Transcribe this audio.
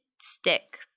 stick